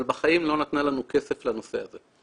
אבל בחיים לא נתנה לנו כסף לנושא הזה.